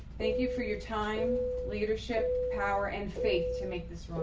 thank you for your time, leadership, power and faith to make this